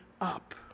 up